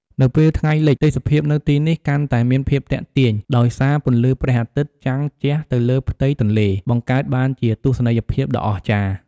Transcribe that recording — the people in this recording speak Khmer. នៅពេលថ្ងៃលិច ទេសភាពនៅទីនេះកាន់តែមានភាពទាក់ទាញ ដោយសារពន្លឺព្រះអាទិត្យចាំងជះទៅលើផ្ទៃទន្លេ បង្កើតបានជាទស្សនីយភាពដ៏អស្ចារ្យ ។